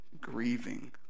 grieving